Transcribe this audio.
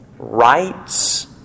Rights